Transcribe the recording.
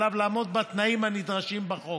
עליו לעמוד בתנאים הנדרשים בחוק.